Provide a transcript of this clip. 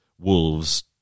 Wolves